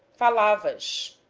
falarmos